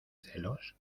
celos